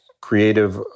creative